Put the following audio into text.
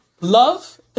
love